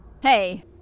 Hey